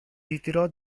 ritirò